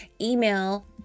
email